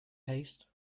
haste